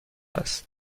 است